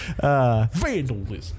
Vandalism